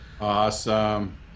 Awesome